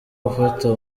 gufata